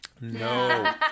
no